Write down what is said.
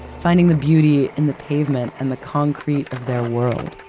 finding the beauty in the pavement and the concrete of their world.